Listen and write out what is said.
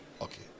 okay